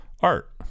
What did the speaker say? art